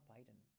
Biden